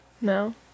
No